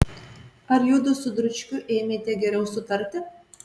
ar judu su dručkiu ėmėte geriau sutarti